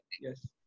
Yes